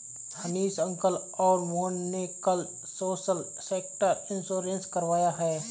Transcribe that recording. Hanish uncle और मोहन ने कल सोशल सेक्टर इंश्योरेंस करवाया है